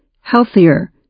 healthier